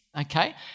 Okay